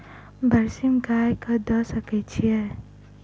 बरसीम गाय कऽ दऽ सकय छीयै?